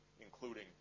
including